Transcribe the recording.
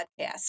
podcast